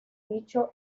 dicho